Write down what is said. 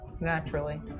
Naturally